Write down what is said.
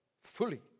fully